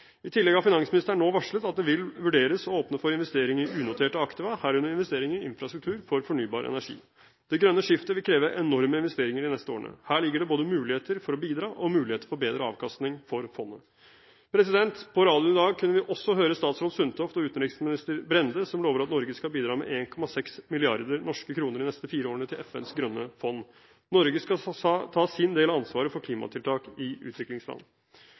I tillegg har finansministeren nå varslet at det vil vurderes å åpne for investeringer i unoterte aktiva, herunder investeringer i infrastruktur for fornybar energi. Det grønne skiftet vil kreve enorme investeringer de neste årene. Her ligger det både muligheter for å bidra og muligheter for bedre avkastning for fondet. På radioen i dag kunne vi også høre statsråd Sundtoft og utenriksminister Brende som lover at Norge skal bidra med 1,6 mrd. norske kr de neste fire årene til FNs grønne fond. Norge skal ta sin del av ansvaret for klimatiltak i utviklingsland.